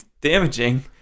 damaging